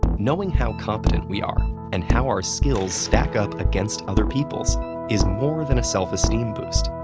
knowing how competent we are and how are skill stack up against other people's is more than a self-esteem boost.